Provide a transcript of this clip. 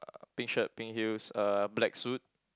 uh pink shirt pink heels uh black suit